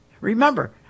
Remember